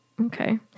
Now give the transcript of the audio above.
okay